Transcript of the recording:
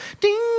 ding